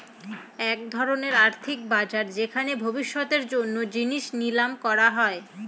এক ধরনের আর্থিক বাজার যেখানে ভবিষ্যতের জন্য জিনিস নিলাম করা হয়